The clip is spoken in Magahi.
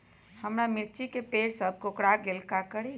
हमारा मिर्ची के पेड़ सब कोकरा गेल का करी?